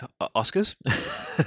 Oscars